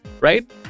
right